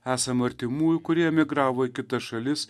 esama artimųjų kurie emigravo į kitas šalis